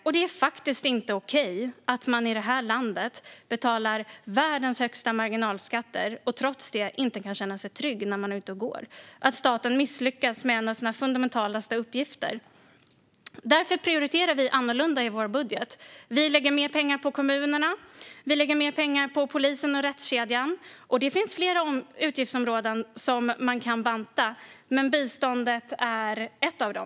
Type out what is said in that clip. Och det är faktiskt inte okej att man i det här landet betalar världens högsta marginalskatter och trots det inte kan känna sig trygg när man är ute och går, att staten misslyckats med en av sina mest fundamentala uppgifter. Därför prioriterar vi annorlunda i vår budget. Vi lägger mer pengar på kommunerna. Vi lägger mer pengar på polisen och rättskedjan. Det finns flera utgiftsområden som man kan banta, och biståndet är ett av dem.